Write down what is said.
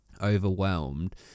overwhelmed